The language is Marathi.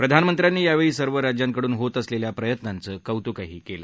प्रधानमंत्र्यांनी यावेळी सर्व राज्यांकडून होत असलेल्या प्रयत्नांचं कौतुक केलं